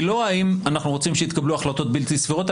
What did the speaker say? היא לא האם אנחנו רוצים שיתקבלו החלטות בלתי סבירות,